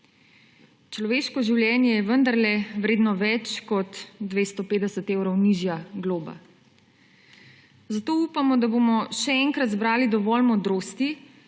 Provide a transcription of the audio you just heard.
Človeško življenje je vendarle vredno več kot 250 evrov nižja globa. Zato upamo, da bomo še enkrat zbrali dovolj modrosti